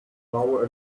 flower